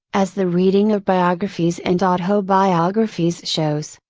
as the reading of biographies and autobiographies shows,